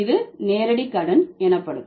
இது நேரடி கடன் எனப்படும்